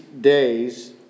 days